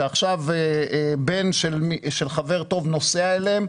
שעכשיו בן של חבר טוב נוסע אליהם,